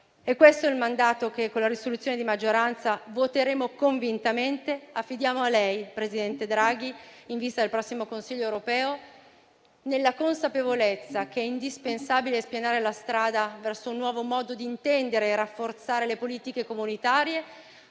È questo il mandato che con la risoluzione di maggioranza voteremo convintamente e che affidiamo a lei, signor presidente Draghi, in vista del prossimo Consiglio europeo, nella consapevolezza che è indispensabile spianare la strada verso un nuovo modo di intendere e rafforzare le politiche comunitarie,